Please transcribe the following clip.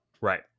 Right